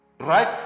Right